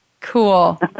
Cool